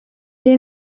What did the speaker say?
est